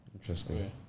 Interesting